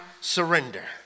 surrender